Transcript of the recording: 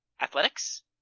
Athletics